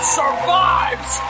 survives